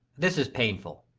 this is paiuful.